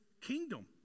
kingdom